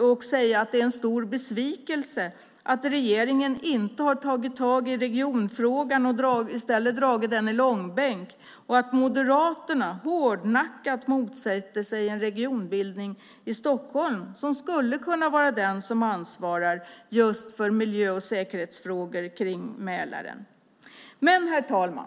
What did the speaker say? och säga att det är en stor besvikelse att regeringen inte har tagit tag i regionfrågan utan i stället dragit den i långbänk, att Moderaterna hårdnackat motsätter sig en regionbildning i Stockholm som skulle kunna vara den som ansvarar just för miljö och säkerhetsfrågor kring Mälaren. Herr talman!